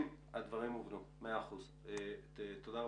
שמענו לא מעט דברים,